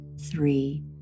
three